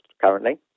currently